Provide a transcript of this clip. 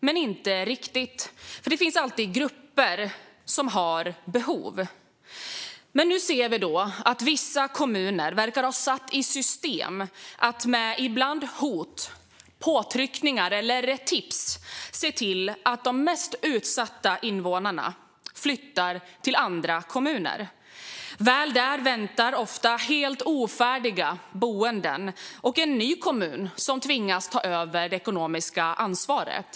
Men inte riktigt alla, för det finns alltid grupper som har behov. Nu ser vi att vissa kommuner verkar ha satt i system att - ibland med hot, påtryckningar eller tips - se till att de mest utsatta invånarna flyttar till andra kommuner. Väl där väntar ofta helt undermåliga boenden och en ny kommun som tvingas ta över det ekonomiska ansvaret.